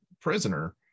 prisoner